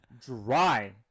dry